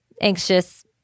anxious